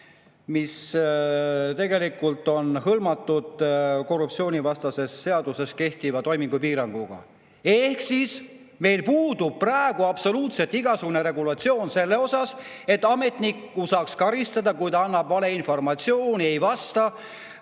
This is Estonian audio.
mis tegelikult on hõlmatud korruptsioonivastases seaduses kehtiva toimingupiiranguga. Ehk meil puudub praegu absoluutselt igasugune regulatsioon selleks, et ametnikku saaks karistada, kui ta annab valeinformatsiooni, ei vasta